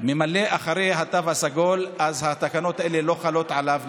ממלא אחר התו הסגול אז התקנות האלה לא חלות עליו.